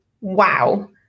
wow